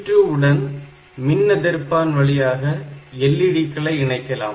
P2 உடன் மின்எதிர்பான் வழியாக LED க்களை இணைக்கலாம்